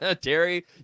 Terry